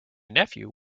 nephew